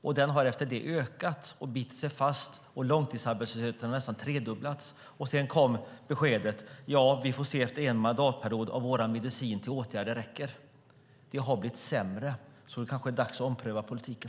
Efter det har arbetslösheten ökat och bitit sig fast, och långtidsarbetslösheten har nästan tredubblats. Sedan kom beskedet att vi får se efter en mandatperiod om vår medicin i form av åtgärder räcker. Det har blivit sämre. Det kanske är dags att ompröva politiken.